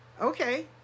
Okay